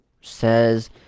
says